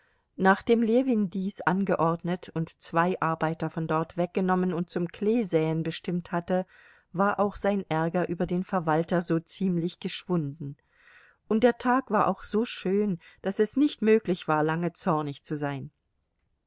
nachdem ljewin dies angeordnet und zwei arbeiter von dort weggenommen und zum kleesäen bestimmt hatte war auch sein ärger über den verwalter so ziemlich geschwunden und der tag war auch so schön daß es nicht möglich war lange zornig zu sein